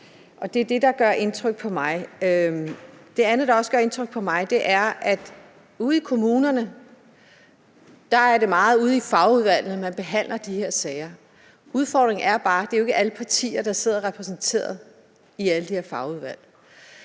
Det er det, der gør indtryk på mig. Det andet, der også gør indtryk på mig, er, at ude i kommunerne er det meget ude i fagudvalgene, man behandler de her sager. Udfordringen er bare, at det jo ikke er alle partier, der sidder repræsenteret i alle de her fagudvalg.